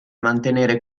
mantenere